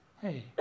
Hey